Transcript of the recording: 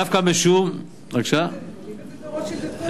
דווקא משום, הם יודעים את זה ברוטשילד, את כל זה?